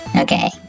okay